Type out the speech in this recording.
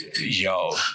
Yo